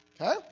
Okay